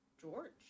George